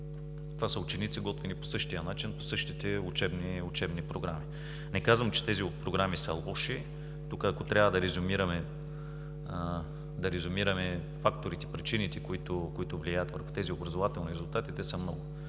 това са ученици, готвени по същия начин, по същите учебни програми. Не казвам, че тези програми са лоши. Тук, ако трябва да резюмираме факторите, причините, които влияят върху тези образователни резултати, са много.